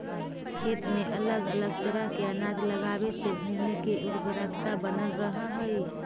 खेत में अलग अलग तरह के अनाज लगावे से भूमि के उर्वरकता बनल रहऽ हइ